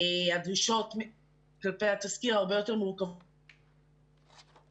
והדרישות כלפי התסקיר הרבה יותר מורכבות מכפי